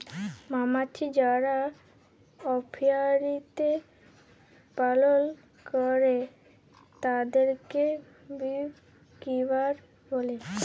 মমাছি যারা অপিয়ারীতে পালল করে তাদেরকে বী কিপার বলে